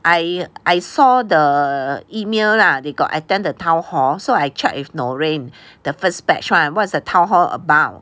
I I saw the email lah they got attend the town hall so I checked with Noraine the first batch [one] what's the town hall about